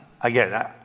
Again